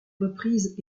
reprise